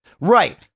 Right